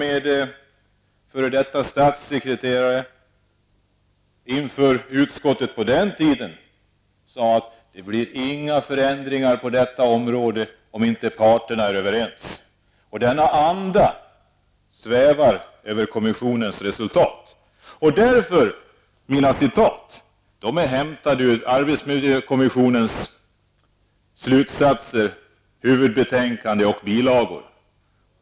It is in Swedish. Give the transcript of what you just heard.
En f.d. statssekreterare sade inför utskottet på den tid det begav sig att det inte blir några förändringar på detta område om inte parterna är överens. Denna anda svävar över kommissionens resultat. De citat jag tidigare gjorde är hämtade ur arbetsmiljökommissionens slutsatser i huvudbetänkande och bilagor.